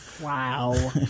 Wow